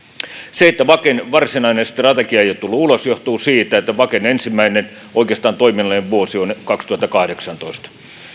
se että vaken varsinainen strategia ei ole tullut ulos johtuu siitä että vaken oikeastaan ensimmäinen toiminnallinen vuosi on kaksituhattakahdeksantoista